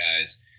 guys